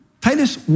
Titus